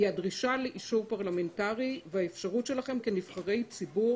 היא הדרישה לאישור פרלמנטרי והאפשרות שלכם כנבחרי ציבור